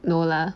no lah